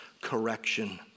correction